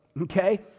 okay